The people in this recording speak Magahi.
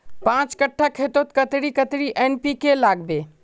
पाँच कट्ठा खेतोत कतेरी कतेरी एन.पी.के के लागबे?